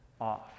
off